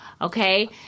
Okay